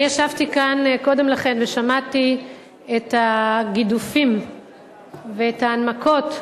אני ישבתי כאן קודם לכן ושמעתי את הגידופים ואת ההנמקות,